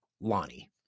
Lonnie